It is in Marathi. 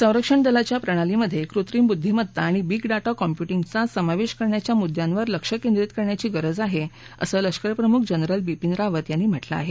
संरक्षण दलाच्या प्रणालीमध्ये कृत्रिम बुद्धीमत्ता आणि बिग डाटा काँम्प्युटींगच्या समावेश करण्याच्या मुद्यांवर लक्ष केंद्रीत करण्याची गरज आहे असं लष्करप्रमुख जनरल बिपीन रावत यांनी म्हटलं आहे